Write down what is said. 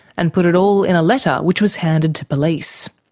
and put it all in a letter which was handed to police.